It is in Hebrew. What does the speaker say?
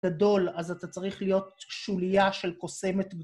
גדול, אז אתה צריך להיות שוליה של קוסמת.